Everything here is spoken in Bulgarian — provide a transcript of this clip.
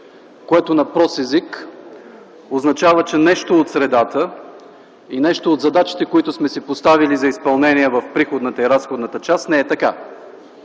което на прост език означава, че нещо от средата и нещо от задачите, които сме си поставили за изпълнение в приходната и разходната част, не е така.